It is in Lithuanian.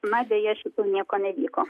na deja šito nieko nevyko